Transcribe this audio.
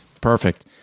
Perfect